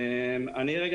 אני ראש